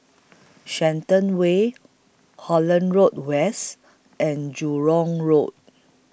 Shenton Way Holland Road West and Jurong Road